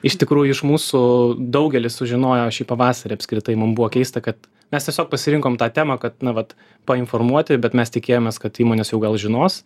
iš tikrųjų iš mūsų daugelis sužinojo šį pavasarį apskritai mum buvo keista kad mes tiesiog pasirinkom tą temą kad na vat painformuoti bet mes tikėjomės kad įmonės jau gal žinos